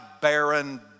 barren